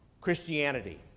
Christianity